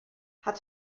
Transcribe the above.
hat